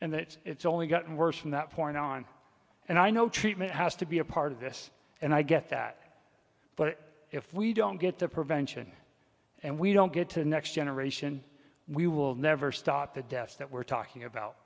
and it's only gotten worse from that point on and i know treatment has to be a part of this and i get that but if we don't get the prevention and we don't get to the next generation we will never stop the deaths that we're talking about